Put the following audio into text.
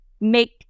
make